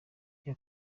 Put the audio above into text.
iyi